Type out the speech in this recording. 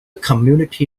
community